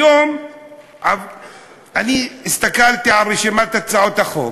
היום אני הסתכלתי על רשימת הצעות החוק: